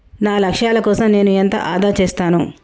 నా లక్ష్యాల కోసం నేను ఎంత ఆదా చేస్తాను?